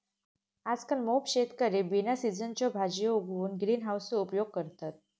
आजकल मोप शेतकरी बिना सिझनच्यो भाजीयो उगवूक ग्रीन हाउसचो उपयोग करतत